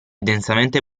densamente